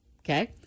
Okay